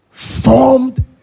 formed